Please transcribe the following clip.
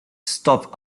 stopped